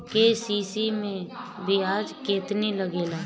KCC मै ब्याज केतनि लागेला?